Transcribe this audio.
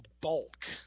bulk